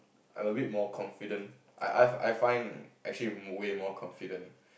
I'm a bit more confident I I've I find actually way more confident